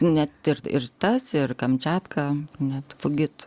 ne tik ir tas ir kamčiatka net pagirt